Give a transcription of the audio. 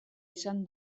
izan